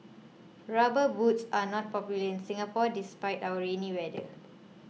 rubber boots are not popular in Singapore despite our rainy weather